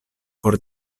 por